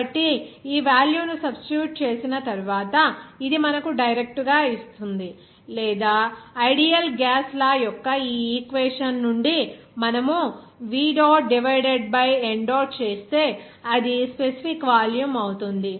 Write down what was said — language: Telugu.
కాబట్టి ఈ వేల్యూ ను సబ్స్టిట్యూట్ చేసిన తర్వాత ఇది మనకు డైరెక్ట్ గా ఇస్తుంది లేదా ఐడియల్ గ్యాస్ లా యొక్క ఈ ఈక్వేషన్ నుండి మనము V dot divided by n dot చేస్తే అది స్పెసిఫిక్ వాల్యూమ్ అవుతుంది